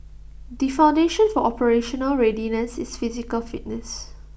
the foundation for operational readiness is physical fitness